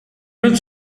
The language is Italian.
non